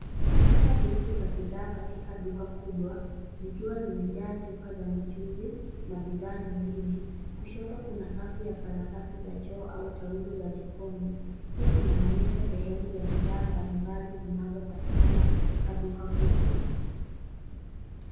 Kanda ndefu za bidhaa katika duka kubwa zikiwa zimejaa chupa za michuuzi na bidhaa nyingine. Kushoto kuna safu ya karatasi za choo au taulo za jikoni. Hii inaonyesha sehemu ya bidhaa mbalimbali zinazopatikana katika duka kubwa.